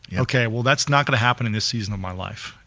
yeah okay, well that's not going to happen in this season of my life.